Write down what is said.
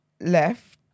left